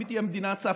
אם היא תהיה מדינת סף,